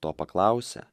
to paklausę